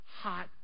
hot